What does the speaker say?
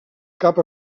cap